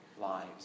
lives